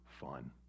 fun